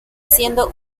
siendo